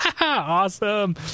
awesome